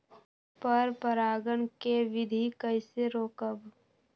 पर परागण केबिधी कईसे रोकब?